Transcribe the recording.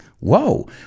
Whoa